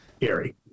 Gary